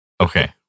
Okay